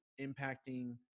impacting